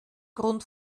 grund